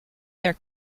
their